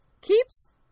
keeps